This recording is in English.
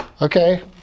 Okay